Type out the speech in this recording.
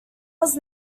was